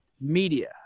media